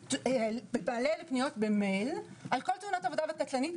מענה לפניות במייל על כל תאונת עבודה קטלנית.